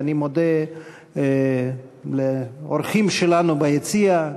ואני מודה לאורחים שלנו ביציע,